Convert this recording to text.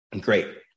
great